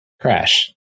Crash